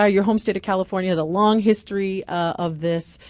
ah your home state of california has a long history of this.